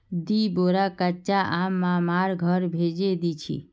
दी बोरा कच्चा आम मामार घर भेजे दीछि